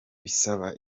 bisaba